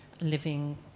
Living